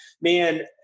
Man